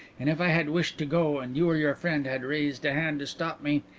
and if i had wished to go and you or your friend had raised a hand to stop me,